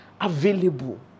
available